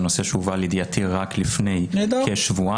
זה נושא שהובא לידיעתי רק לפני כשבועיים.